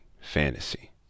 fantasy